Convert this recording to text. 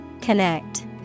Connect